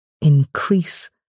Increase